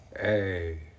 Hey